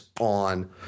on